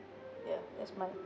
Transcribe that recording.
ya that's mine